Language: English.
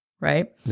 Right